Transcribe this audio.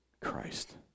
Christ